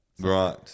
Right